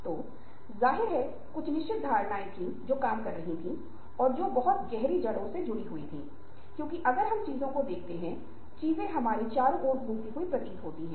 इसलिए जो मैं सिर्फ इस बारे में बात कर रहा था कि यह संचार और विकास संबंध का रखरखाव और विकास है ये दोनों चीजें वास्तव में बहुत महत्वपूर्ण हैं